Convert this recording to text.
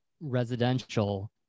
residential